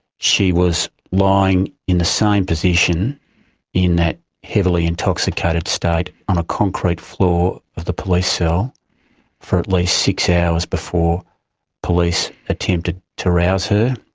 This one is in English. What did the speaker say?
she was lying in the same position in that heavily intoxicated state on a concrete floor of the police cell for at least six hours before police attempted to rouse her.